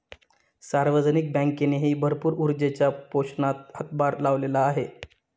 सार्वजनिक बँकेनेही भरपूर ऊर्जेच्या पोषणात हातभार लावलेला आहे